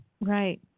right